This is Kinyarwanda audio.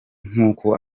nk’uko